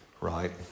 right